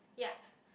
yup